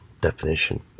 definition